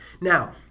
Now